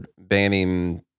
banning